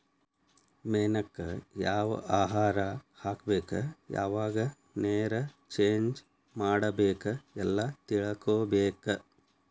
ಮೇನಕ್ಕ ಯಾವ ಆಹಾರಾ ಹಾಕ್ಬೇಕ ಯಾವಾಗ ನೇರ ಚೇಂಜ್ ಮಾಡಬೇಕ ಎಲ್ಲಾ ತಿಳಕೊಬೇಕ